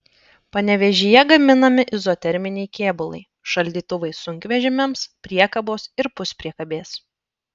panevėžyje gaminami izoterminiai kėbulai šaldytuvai sunkvežimiams priekabos ir puspriekabės